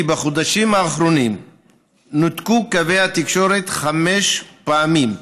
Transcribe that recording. בחודשים האחרונים נותקו קווי התקשורת חמש פעמים,